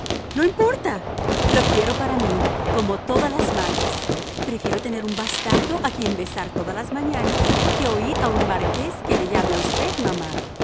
no me importa lo quiero para mí como todas las madres prefiero tener un bastardo a quien besar todas las mañanas que oír a un marqués que le llame a usted mamá